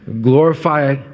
glorify